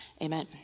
Amen